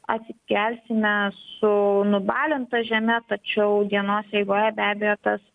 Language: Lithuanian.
atsikelsime su nubalinta žeme tačiau dienos eigoje be abejo tas